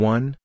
One